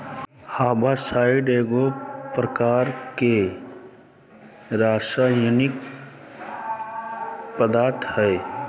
herbicide एगो प्रकार के रासायनिक पदार्थ हई